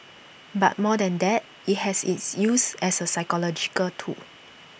but more than that IT has its use as A psychological tool